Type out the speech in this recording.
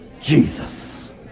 Jesus